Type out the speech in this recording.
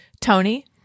Tony